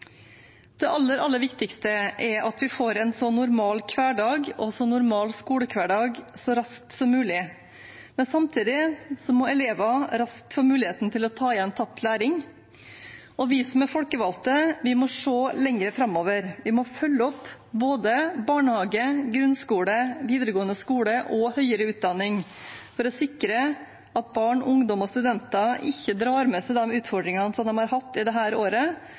Det aller, aller viktigste er at vi får en så normal hverdag og så normal skolehverdag som mulig, så raskt som mulig, men samtidig må elever raskt få muligheten til å ta igjen tapt læring, og vi som er folkevalgte, må se lenger framover. Vi må følge opp både barnehage, grunnskole, videregående skole og høyere utdanning for å sikre at barn, ungdom og studenter ikke drar med seg de utfordringene de har hatt i dette året, og at det